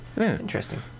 interesting